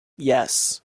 yes